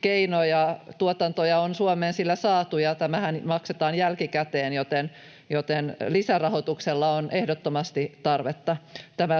keino, ja tuotantoja on Suomeen sillä saatu. Tämähän maksetaan jälkikäteen, joten lisärahoitukselle on ehdottomasti tarvetta.